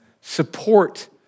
support